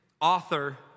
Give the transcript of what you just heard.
author